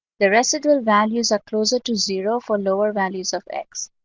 the residual values are closer to zero for lower values of x.